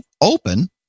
open